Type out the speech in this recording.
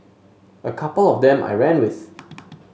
a couple of them I ran with